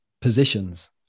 positions